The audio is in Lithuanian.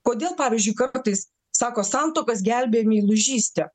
kodėl pavyzdžiui kartais sako santuokas gelbėja meilužystė